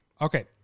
Okay